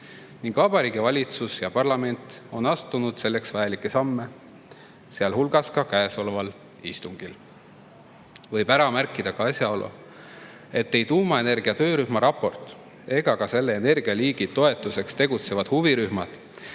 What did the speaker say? ning Vabariigi Valitsus ja parlament on astunud selleks vajalikke samme, sealhulgas ka käesoleval istungil. Võib ära märkida ka asjaolu, et ei tuumaenergia töörühma raport ega selle energialiigi toetuseks tegutsevad huvirühmad